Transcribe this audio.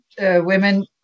women